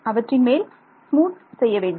அவற்றின்மேல் smooth செய்யவேண்டும்